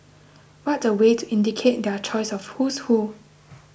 what a way to indicate their choice of who's who